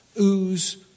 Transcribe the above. ooze